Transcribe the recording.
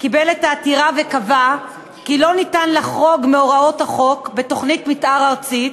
קיבל את העתירה וקבע כי לא ניתן לחרוג מהוראות החוק בתוכנית מתאר ארצית.